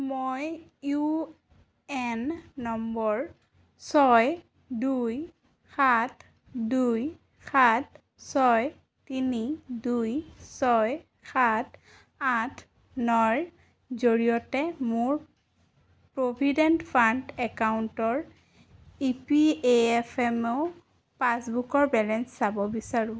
মই U N number ছয় দুই সাত দুই সাত ছয় তিনি দুই ছয় সাত আঠ নৰ জৰিয়তে মোৰ প্ৰভিডেণ্ট ফাণ্ড একাউণ্টৰ E P A F M O পাছবুকৰ বেলেঞ্চ চাব বিচাৰোঁ